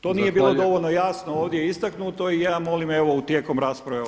To nije bilo dovoljno jasno ovdje istaknuto i ja molim evo tijekom rasprave.